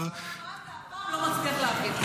מה אתה עכשיו לא מצליח להבין?